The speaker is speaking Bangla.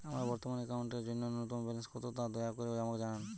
আমার বর্তমান অ্যাকাউন্টের জন্য ন্যূনতম ব্যালেন্স কত তা দয়া করে আমাকে জানান